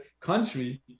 country